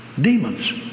Demons